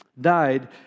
died